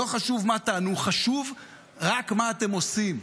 לא חשוב מה תענו, חשוב רק מה אתם עושים.